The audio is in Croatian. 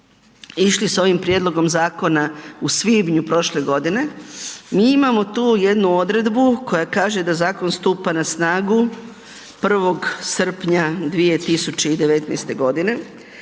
išli s ovim prijedlogom zakona u svibnju prošle godine, mi imamo tu jednu odredbu koja kaže da zakon stupa na snagu 1. srpnja 2019. g.